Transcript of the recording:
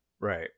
Right